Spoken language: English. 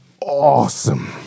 awesome